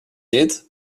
did